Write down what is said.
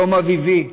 יום אביבי,